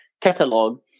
catalog